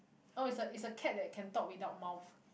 oh is a is a cat that can talk without mouth